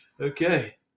Okay